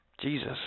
Jesus